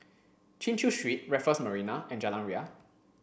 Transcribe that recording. Chin Chew Street Raffles Marina and Jalan Ria